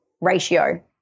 ratio